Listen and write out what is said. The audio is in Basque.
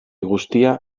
guztia